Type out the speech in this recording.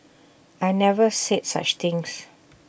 I never said such things